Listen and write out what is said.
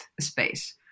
space